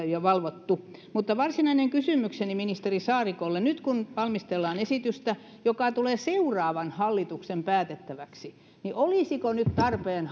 ja valvoneet varsinainen kysymykseni ministeri saarikolle nyt kun valmistellaan esitystä joka tulee seuraavan hallituksen päätettäväksi niin olisiko nyt tarpeen